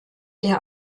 der